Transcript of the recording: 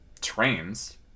trains